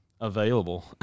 available